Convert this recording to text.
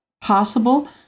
possible